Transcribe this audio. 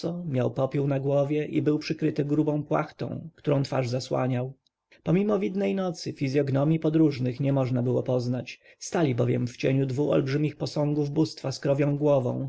popiół na głowie i był przykryty grubą płachtą którą twarz zasłaniał pomimo widnej nocy fizjognomij podróżnych nie można było poznać stali bowiem w cieniu dwu olbrzymich posągów bóstwa z krowią głową